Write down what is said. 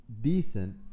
decent